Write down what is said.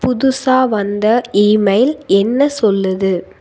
புதுசாக வந்த ஈமெயில் என்ன சொல்லுது